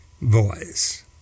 voice